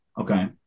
Okay